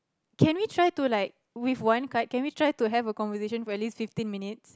can we try to like with one card can we try to have a conversation for at least fifteen minutes